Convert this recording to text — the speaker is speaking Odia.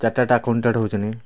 ଚାଟାର୍ଡ଼ ଆକାଉଟାଣ୍ଟ୍ ହେଉଛନ୍ତି